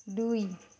দুই